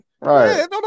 right